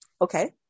Okay